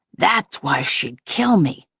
that's why she'd kill me!